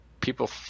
people